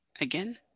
Again